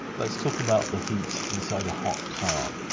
let's talk about the heat inside a hot car.